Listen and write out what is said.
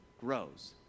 grows